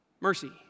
mercy